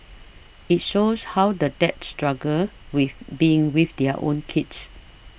it shows how the dads struggle with being with their own kids